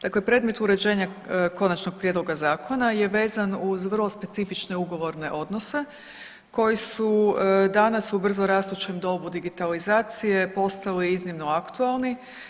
Dakle, predmet uređenja konačnog prijedloga zakona je vezan uz vrlo specifične ugovorne odnose koji su danas u brzo rastućem dobu digitalizacije postali iznimno aktualni.